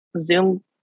Zoom